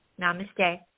Namaste